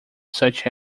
such